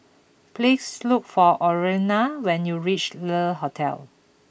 please look for Orlena when you reach Le Hotel